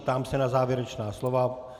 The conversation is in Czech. Ptám se na závěrečná slova.